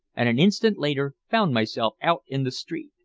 and an instant later found myself out in the street.